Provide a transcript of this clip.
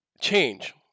Change